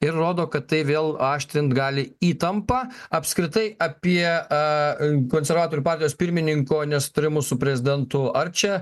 ir rodo kad tai vėl aštrint gali įtampa apskritai apie a konservatorių partijos pirmininko nesutarimus su prezidentu ar čia